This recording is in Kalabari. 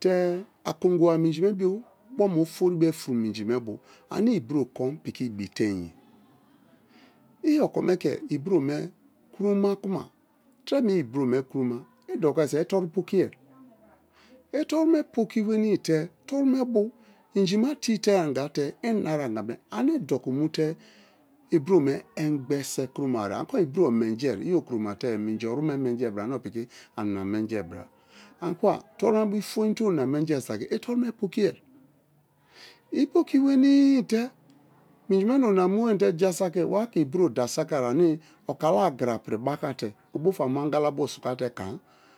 te akunguba minji me bio kpoma ofori be fun minji̱ me bio ane ibro kon piki ibiteinye. I okome ke ibro me kroma kuma treme i inbro me kroma idoku saki i toru pokie i toru me poki weni te toru me bo inji ma te tein anga te i na-a anga me ane ị do̱ku̱ mu te̱ ibro me engbese kromawariye ani kuma ibro be o menjie̱ i okromate̱-e minji oru me menjie bra ane opiki ani na menjie bra. Ani kuma toru me bio i fion te ona menji saki i toru me pokie i poki wenii te minji na ori na mu weni te jasaki wa ke ibro da sakieye̱ ane o̱ kala agra piri bakate o bu fa mu̱ angala bio sjka te̱ ka̱a̱n.